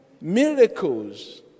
miracles